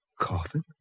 Coffin